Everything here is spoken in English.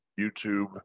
YouTube